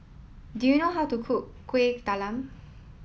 do you know how to cook Kueh Talam